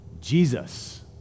Jesus